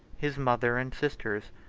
his mother and sisters,